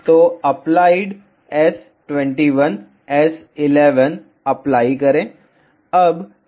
तो applied S21 S11 apply करें